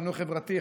חינוך חברתי,